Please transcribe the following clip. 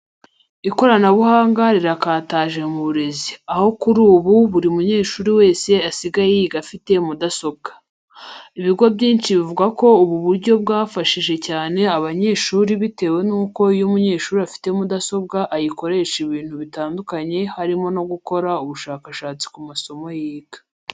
Ikoranabuhanga rirakataje mu burezi, aho kuri ubu buri munyeshuri wese asigaye yiga afite mudasobwa. Ibigo byinshi bivuga ko ubu buryo bwafashije cyane abanyeshuri bitewe nuko iyo umunyeshuri afite mudasobwa ayikoresha ibintu bitandukanye harimo no gukora ubushakashatsi ku masomo yiga.